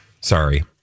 Sorry